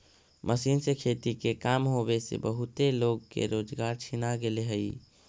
machine से खेती के काम होवे से बहुते लोग के रोजगार छिना गेले हई